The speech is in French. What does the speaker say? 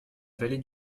vallée